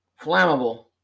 flammable